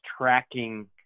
tracking